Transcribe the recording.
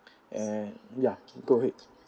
and ya go ahead